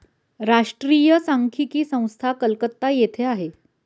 राष्ट्रीय सांख्यिकी संस्था कलकत्ता येथे आहे